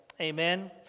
Amen